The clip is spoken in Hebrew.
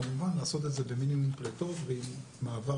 כמובן לעשות את זה במינימום פליטות ועם מעבר